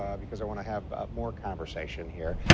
um because i want have more conversation here.